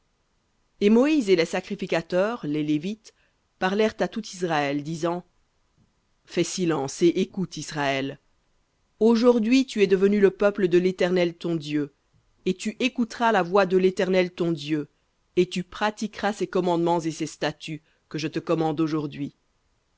et moïse et les sacrificateurs les lévites parlèrent à tout israël disant fais silence et écoute israël aujourd'hui tu es devenu le peuple de l'éternel ton dieu et tu écouteras la voix de l'éternel ton dieu et tu pratiqueras ses commandements et ses statuts que je te commande aujourd'hui